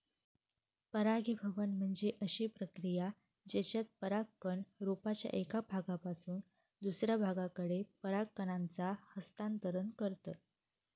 परागीभवन म्हणजे अशी प्रक्रिया जेच्यात परागकण रोपाच्या एका भागापासून दुसऱ्या भागाकडे पराग कणांचा हस्तांतरण करतत